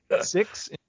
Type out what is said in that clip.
Six